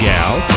Gal